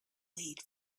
lead